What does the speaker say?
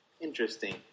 Interesting